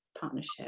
partnership